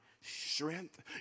strength